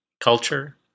culture